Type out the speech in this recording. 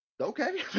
okay